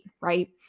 right